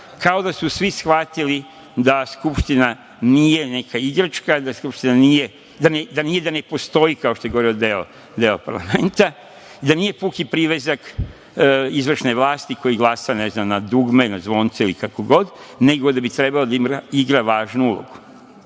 kao da su svi shvatili da Skupština nije neka igračka, da Skupština kao da ne postoji, kao što govori deo parlamenta, da nije puki privezak izvršne vlasti koji glasa, ne znam, na dugme, na zvonce ili kako god, nego da bi trebalo da igra važnu ulogu,